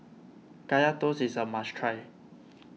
Kaya Toast is a must try